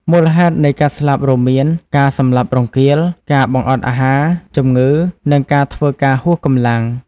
មូលហេតុនៃការស្លាប់រួមមាន ការសម្លាប់រង្គាល ការបង្អត់អាហារ ជំងឺ និងការធ្វើការហួសកម្លាំង។